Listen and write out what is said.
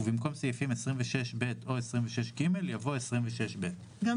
ובמקום "סעיפים 26ב או 26ג" יבוא "סעיף 26ב". גם